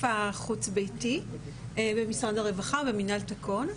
החוץ ביתי במשרד הרווחה במנהל תקון.